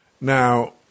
Now